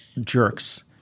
jerks